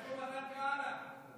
איפה מתן כהנא?